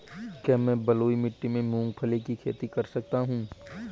क्या मैं बलुई मिट्टी में मूंगफली की खेती कर सकता हूँ?